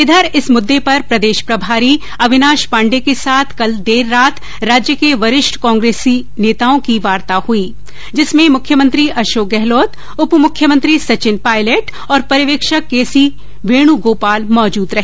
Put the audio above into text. इधर इस मुद्दे पर प्रदेश प्रभारी अविनाश पाण्डे के साथ कल देर रात राज्य के वरिष्ठ कांग्रेसी नेताओं की वार्ता हुई जिसमें मुख्यमंत्री अशोक गहलोत उप मुख्यमंत्री सचिन पायलट और पर्यवेक्षक के सी वेणुगोपाल मौजूद रहे